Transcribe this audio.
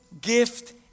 gift